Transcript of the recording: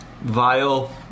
vile